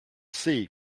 see